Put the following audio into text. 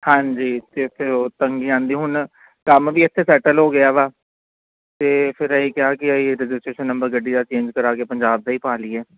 ਹਾਂਜੀ ਅਤੇ ਫਿਰ ਉਹ ਤੰਗੀ ਆਉਂਦੀ ਹੁਣ ਕੰਮ ਵੀ ਇੱਥੇ ਸੈਟਲ ਹੋ ਗਿਆ ਵਾ ਇੱਤੇ ਫਿਰ ਅਸੀਂ ਕਿਹਾ ਕਿ ਅਸੀਂ ਰਜਿਸਟਰੇਸ਼ਨ ਨੰਬਰ ਗੱਡੀ ਦਾ ਚੇਂਜ ਕਰਾ ਕੇ ਪੰਜਾਬ ਦਾ ਹੀ ਪਾ ਲਈਏ